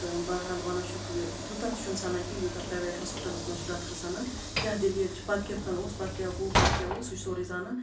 تہٕ بَرحال وَنَان چھُکھ یہِ تیوٗتاہ تہِ چھُ نہٕ سَنان کینٛہہ یوٗتاہ پرٛیویٹ ہاسپِٹلَس منٛز چھُ ڈاکٹر سَنان کیاہ دٔلیٖل چھِ پَتہٕ کِتھ کٔنۍ اوس پَتہٕ کیاہ گوٚو پَتہٕ کیاہ اوس سُہ چھِ سورُے زانان